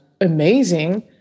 amazing